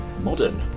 modern